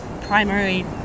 primary